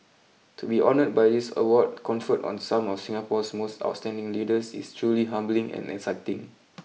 to be honoured by this award conferred on some of Singapore's most outstanding leaders is truly humbling and exciting